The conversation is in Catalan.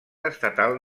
estatal